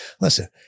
Listen